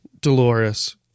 Dolores